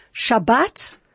Shabbat